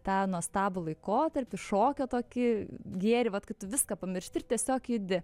tą nuostabų laikotarpį šokio tokį gėrį vat kai tu viską pamiršti ir tiesiog judi